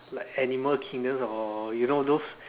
like animal kingdoms or you know those